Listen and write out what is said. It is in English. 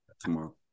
tomorrow